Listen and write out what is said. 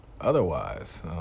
otherwise